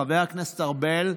חבר הכנסת ארבל,